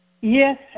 yes